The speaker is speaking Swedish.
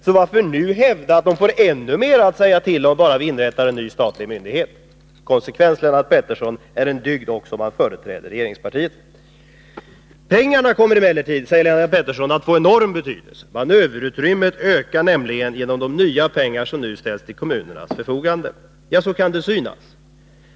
Så varför nu försöka hävda att de får ännu mer att säga till om bara vi inrättar en ny statlig myndighet? Konsekvens, Lennart Pettersson, är en dygd, också om man företräder regeringspartiet. Pengarna kommer emellertid, säger Lennart Pettersson, att få enorm betydelse — manöverutrymmet ökar nämligen genom de nya pengar som nu ställs till kommunernas förfogande. Ja, så kan det synas.